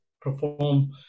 perform